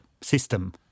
system